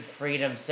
freedom